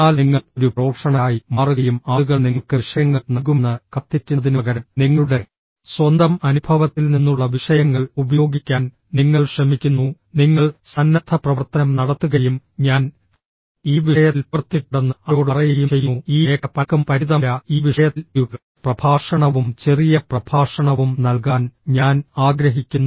എന്നാൽ നിങ്ങൾ ഒരു പ്രൊഫഷണലായി മാറുകയും ആളുകൾ നിങ്ങൾക്ക് വിഷയങ്ങൾ നൽകുമെന്ന് കാത്തിരിക്കുന്നതിനുപകരം നിങ്ങളുടെ സ്വന്തം അനുഭവത്തിൽ നിന്നുള്ള വിഷയങ്ങൾ ഉപയോഗിക്കാൻ നിങ്ങൾ ശ്രമിക്കുന്നു നിങ്ങൾ സന്നദ്ധപ്രവർത്തനം നടത്തുകയും ഞാൻ ഈ വിഷയത്തിൽ പ്രവർത്തിച്ചിട്ടുണ്ടെന്ന് അവരോട് പറയുകയും ചെയ്യുന്നു ഈ മേഖല പലർക്കും പരിചിതമല്ല ഈ വിഷയത്തിൽ ഒരു പ്രഭാഷണവും ചെറിയ പ്രഭാഷണവും നൽകാൻ ഞാൻ ആഗ്രഹിക്കുന്നു